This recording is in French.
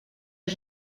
est